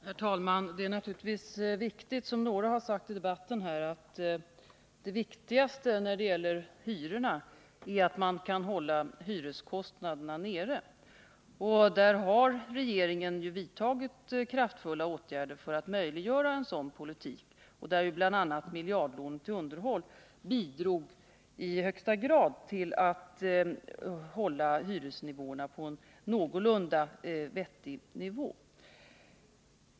Herr talman! Det är naturligtvis riktigt, som några har sagt i debatten här, att det viktigaste när det gäller hyrorna är att man kan hålla dem nere. Regeringen har vidtagit kraftiga åtgärder för att möjliggöra en sådan politik, och bl.a. miljardlån till underhåll har i högsta grad bidragit till att hålla hyreskostnaderna på en någorlunda vettig nivå.